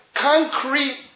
concrete